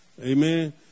Amen